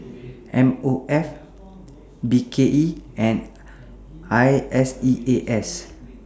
M O F B K E and I S E A S